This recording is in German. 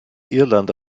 irland